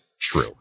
true